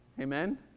Amen